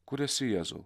kur esi jėzau